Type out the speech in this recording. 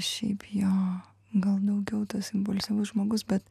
šiaip jo gal daugiau tas impulsyvus žmogus bet